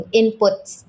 inputs